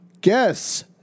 Guess